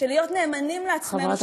של להיות נאמנים לעצמנו,